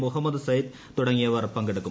മുഹമ്മദ് സെയ്ദ് തുടങ്ങിയവർ പങ്കെടുക്കും